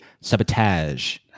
sabotage